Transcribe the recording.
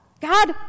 God